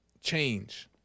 Change